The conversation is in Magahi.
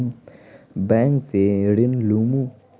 बैंक से ऋण लुमू?